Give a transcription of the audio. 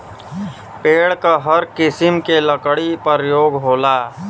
पेड़ क हर किसिम के लकड़ी परयोग होला